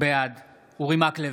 בעד אורי מקלב,